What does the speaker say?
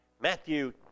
Matthew